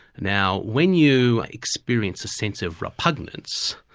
now when you experience a sense of repugnance,